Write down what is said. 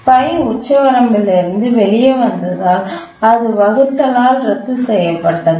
by உச்சவரம்பிலிருந்து வெளியே வந்ததால் அது வகுத்தலால் ரத்து செய்யப்பட்டது